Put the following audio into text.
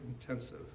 intensive